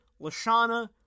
Lashana